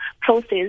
process